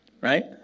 Right